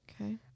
Okay